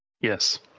yes